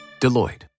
Deloitte